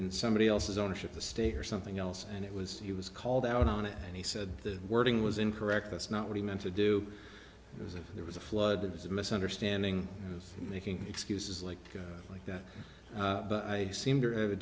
in somebody else's ownership the state or something else and it was he was called out on it and he said the wording was incorrect that's not what he meant to do there was a flood of misunderstanding making excuses like like that but i seem to have a